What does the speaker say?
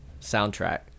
soundtrack